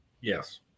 Yes